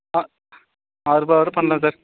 ஆ ஆறுரூவா வர பண்ணலாம் சார்